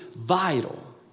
vital